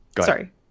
sorry